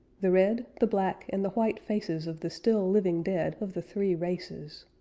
the red, the black, and the white faces of the still living dead of the three races.